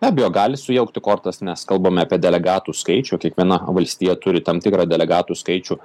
be abejo gali sujaukti kortas nes kalbame apie delegatų skaičių kiekviena valstija turi tam tikrą delegatų skaičių